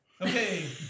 Okay